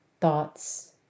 thoughts